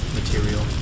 material